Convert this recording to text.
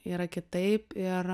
yra kitaip ir